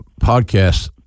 podcast